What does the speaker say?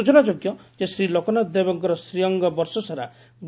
ସୂଚନାଯାଗ୍ୟ ଯେ ଶ୍ରୀଲୋକନାଥ ଦେବଙ୍କ ଶ୍ରୀଅଙ୍ଗ ବର୍ଷସାରା ଗ